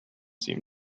seem